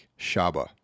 Shaba